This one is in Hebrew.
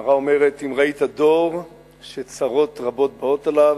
הגמרא אומרת: אם ראית דור שצרות רבות באות עליו,